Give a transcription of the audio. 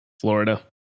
Florida